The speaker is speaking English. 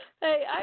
Hey